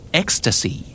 ecstasy